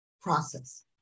process